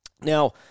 Now